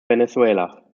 venezuela